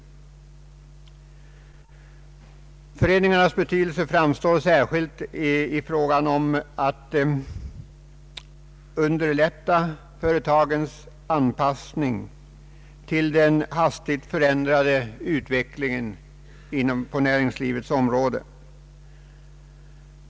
Företagareföreningarnas betydelse framstår särskilt när det gäller att underlätta företagens anpassning till den hastigt förändrade utvecklingen på näringslivets område.